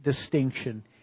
distinction